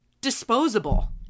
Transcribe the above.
Disposable